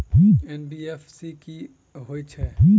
NBFC की हएत छै?